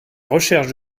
recherche